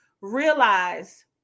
realize